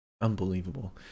Unbelievable